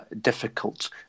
difficult